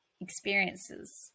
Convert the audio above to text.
experiences